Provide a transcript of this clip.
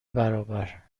برابر